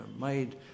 made